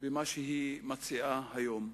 במה שהיא מציעה היום,